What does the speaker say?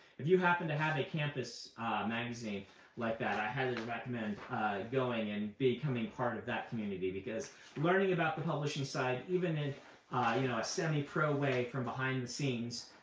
if you happen to have a campus magazine like that, i highly recommend going and becoming part of that community. because learning about the publishing side, even in ah you know a semi pro way, from behind the scenes,